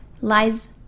lies